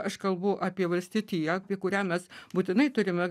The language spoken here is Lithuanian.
aš kalbu apie valstietiją apie kurią mes būtinai turime